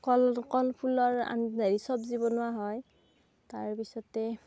কল কলফুলৰ আঞ্জা হেই চব্জি বনোৱা হয় তাৰপিছতে